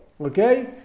Okay